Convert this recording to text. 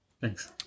thanks